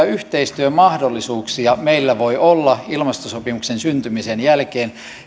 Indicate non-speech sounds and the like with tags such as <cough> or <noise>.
<unintelligible> yhteistyömahdollisuuksia meillä voi olla ilmastosopimuksen syntymisen jälkeen